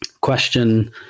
Question